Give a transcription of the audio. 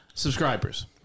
Subscribers